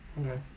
Okay